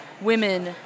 women